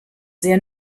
sehr